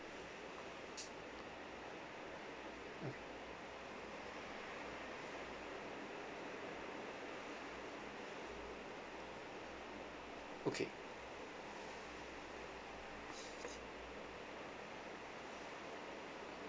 mm okay